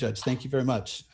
judge thank you very much